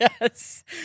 Yes